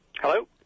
Hello